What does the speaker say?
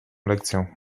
lekcjach